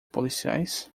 policiais